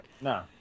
No